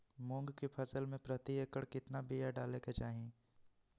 मूंग की फसल में प्रति एकड़ कितना बिया डाले के चाही?